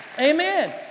Amen